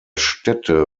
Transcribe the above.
städte